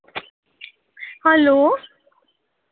hello